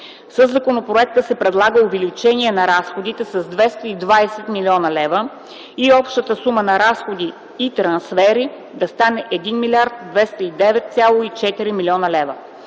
Със законопроекта се предлага увеличение на разходите с 220,0 млн. лв. и общата сума на разходите и трансферите да стане 1 909,4 млн. лв.